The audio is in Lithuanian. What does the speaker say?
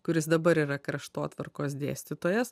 kuris dabar yra kraštotvarkos dėstytojas